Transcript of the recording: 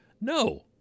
No